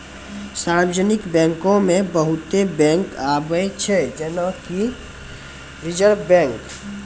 सार्वजानिक बैंको मे बहुते बैंक आबै छै जेना कि रिजर्व बैंक